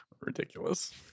Ridiculous